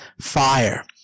fire